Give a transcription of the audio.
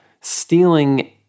stealing